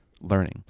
learning